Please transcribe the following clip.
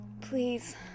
Please